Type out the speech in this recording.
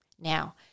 Now